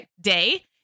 day